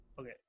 Okay